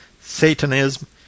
satanism